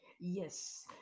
Yes